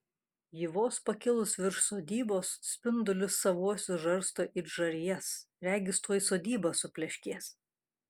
ji vos pakilus virš sodybos spindulius savuosius žarsto it žarijas regis tuoj sodyba supleškės